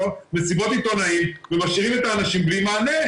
עיתונאים ומשאירים את האנשים בלי מענה,